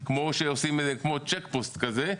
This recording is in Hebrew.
כמו צ'ק פוסט כזה,